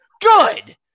good